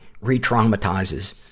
re-traumatizes